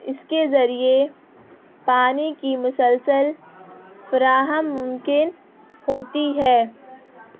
اس کے ذریعے پانی کی مسلسل فراہم ممکن ہوتی ہے